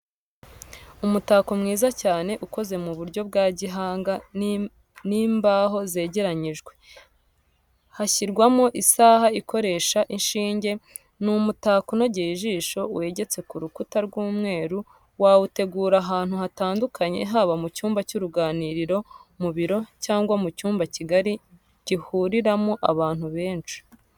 Umutako mwiza cyane ukoze mu buryo bwa gihanga ni imbaho zegeranyijwe, hashyirwamo isaha ikoresha inshinge, ni umutako unogeye ijisho wegetse ku rukuta rw'umweru wawutegura ahantu hatandukanye haba mu cyumba cy'uruganiriro, mu biro, cyangwa mu cyumba kigari gihuriramo abantu benshi.